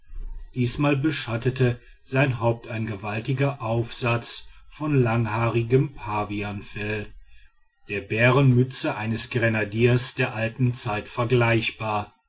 diesmal beschattete sein haupt ein gewaltiger aufsatz von langhaarigem pavianfell der bärenmütze eines grenadiers der alten zeit vergleichbar